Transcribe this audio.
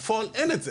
בפועל אין את זה,